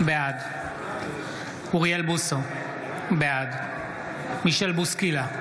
בעד אוריאל בוסו, בעד מישל בוסקילה,